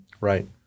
Right